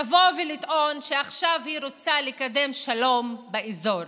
תבוא ותטען שעכשיו היא רוצה לקדם שלום באזור.